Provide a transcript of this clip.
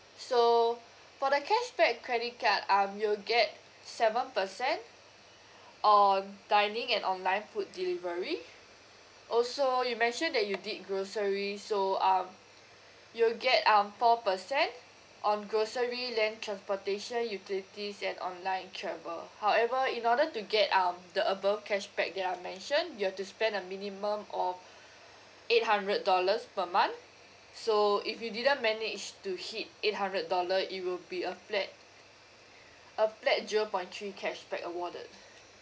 so for the cashback credit card um you'll get seven percent on dining and online food delivery also you mentioned that you did grocery so um you'll get um four percent on grocery land transportation utilities and online travel however in order to get um the above cashback that I mentioned you have to spend a minimum of eight hundred dollars per month so if you didn't manage to hit eight hundred dollar it will be a flat a flat zero point three cashback awarded